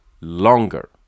longer